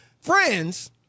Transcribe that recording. friends